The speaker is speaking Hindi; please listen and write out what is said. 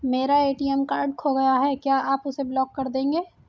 मेरा ए.टी.एम कार्ड खो गया है क्या आप उसे ब्लॉक कर देंगे?